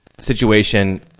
situation